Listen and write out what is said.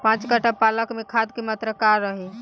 पाँच कट्ठा पालक में खाद के मात्रा का रही?